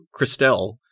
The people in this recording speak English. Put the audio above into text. Christelle